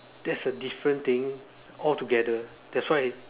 that's a different thing altogether that's why